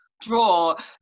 draw